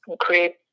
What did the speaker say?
create